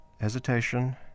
hesitation